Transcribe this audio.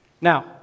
Now